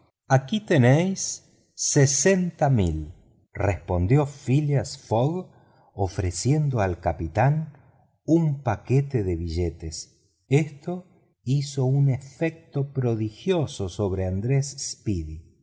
aquí tenéis sesenta mil respondió phileas fogg ofreciendo al capitán un paquete de billetes esto hizo un efecto prodigioso sobre andrés speedy